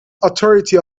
authority